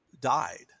died